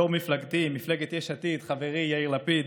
יו"ר מפלגתי, מפלגת יש עתיד, חברי יאיר לפיד,